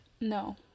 No